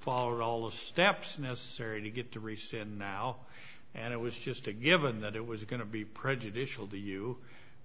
follow all the steps necessary to get to rescind now and it was just a given that it was going to be prejudicial to you